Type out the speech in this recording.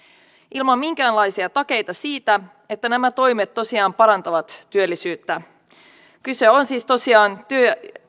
ilman minkäänlaisia takeita siitä että nämä toimet tosiaan parantavat työllisyyttä kyse on siis tosiaan työn